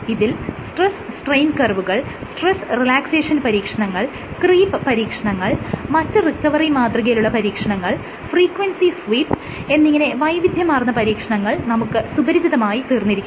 ഇതിൽ stress strain കർവുകൾ stress relaxation പരീക്ഷണങ്ങൾ ക്രീപ്പ് പരീക്ഷണങ്ങൾ മറ്റ് റിക്കവറി മാതൃകയിലുള്ള പരീക്ഷണങ്ങൾ ഫ്രീക്വൻസി സ്വീപ്പ് എന്നിങ്ങനെ വൈവിധ്യമാർന്ന പരീക്ഷണങ്ങൾ നമുക്ക് സുപരിചിതമായ തീർന്നിരിക്കുന്നു